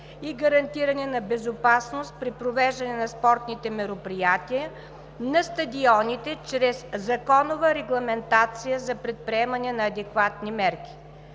и гарантиране на безопасност при провеждане на спортните мероприятия на стадионите чрез законова регламентация за предприемане на адекватни мерки.